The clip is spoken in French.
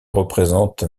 représente